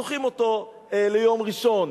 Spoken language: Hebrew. דוחים אותו ליום ראשון.